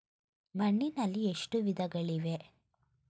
ಮಣ್ಣಿನಲ್ಲಿ ಎಷ್ಟು ವಿಧಗಳಿವೆ?